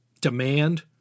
demand